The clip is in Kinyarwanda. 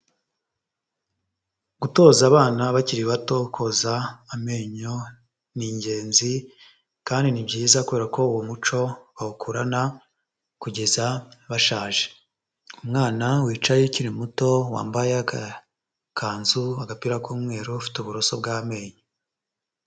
Gutoza abana bakiri bato koza amenyo, ni ingenzi kandi ni byiza kubera ko uwo muco bawukurana kugeza bashaje, umwana wicaye ukiri muto wambaye agakanzu, agapira k'umweru ufite uburoso bw'amenyo.